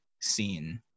scene